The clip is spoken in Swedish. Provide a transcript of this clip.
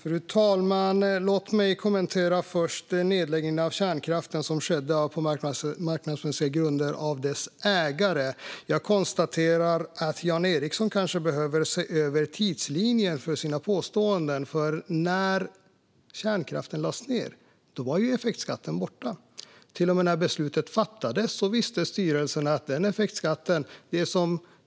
Fru talman! Låt mig först kommentera nedläggningen av kärnkraften, som gjordes på marknadsmässiga grunder av dess ägare. Jag konstaterar att Jan Ericson kanske behöver se över tidslinjen för sina påståenden. När kärnkraften lades ned var ju effektskatten borta. Redan när beslutet fattades visste styrelsen att effektskatten skulle försvinna.